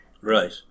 Right